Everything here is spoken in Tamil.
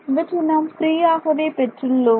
இவற்றை நாம் ஃப்ரீ ஆகவே பெற்றுள்ளோம்